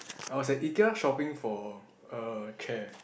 I was at Ikea shopping for a chair